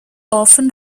often